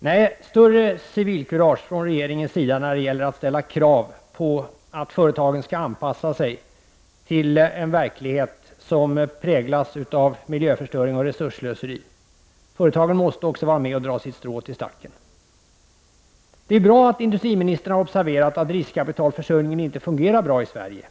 Nej, större civilkurage från regeringens sida när det gäller att ställa krav på att företagen skall anpassa sig till en verklighet som präglas av miljöförstöring och resursslöseri! Också företagen måste vara med och dra sitt strå till stacken! Det är bra att industriministern har observerat att riskkapitalförsörjningen inte fungerar bra i Sverige.